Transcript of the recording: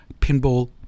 pinball